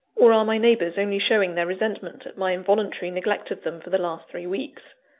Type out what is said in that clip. or are my neighbours only showing their resentment at my involuntary neglect of them for the last three weeks?